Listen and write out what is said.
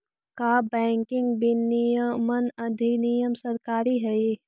का बैंकिंग विनियमन अधिनियम सरकारी हई?